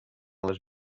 les